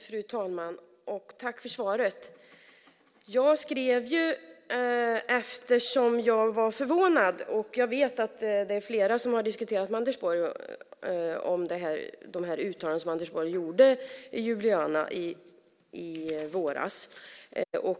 Fru talman! Tack för svaret! Jag skrev interpellationen eftersom jag var förvånad över de uttalanden Anders Borg gjorde i Ljubljana i våras, och jag vet att det är fler som har diskuterat detta med Anders Borg.